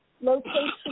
location